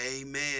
Amen